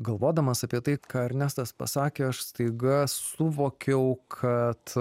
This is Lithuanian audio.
galvodamas apie tai ką ernestas pasakė aš staiga suvokiau kad